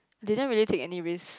didn't really take any risk